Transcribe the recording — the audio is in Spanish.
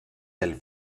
del